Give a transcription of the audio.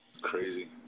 crazy